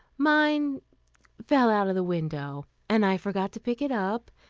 mine fell out of the window, and i forgot to pick it up,